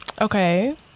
okay